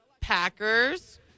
Packers